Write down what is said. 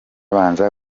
banza